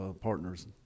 partners